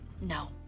No